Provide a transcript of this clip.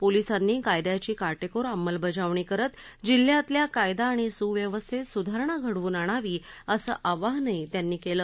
पोलीसांनी कायद्याची काटेकोर अंमलबजावणी करत जिल्ह्यातल्या कायदा आणि सुव्यवस्थेत सुधारणा घडवून आणावी असं आवाहनही त्यांनी केलं